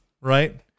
right